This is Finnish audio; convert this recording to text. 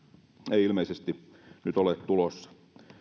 ei ilmeisesti nyt ole tulossa